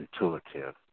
intuitive